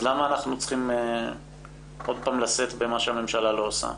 למה אנחנו צריכים עוד פעם לשאת במה שהממשלה לא עושה?